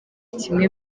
kimwe